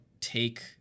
take